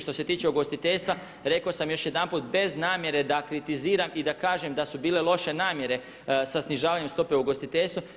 Što se tiče ugostiteljstva, rekao sam još jedanput bez namjere da kritiziram i da kažem da su bile loše namjere sa snižavanjem stopa ugostiteljstvu.